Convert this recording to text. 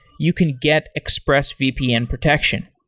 you can get expressvpn protection.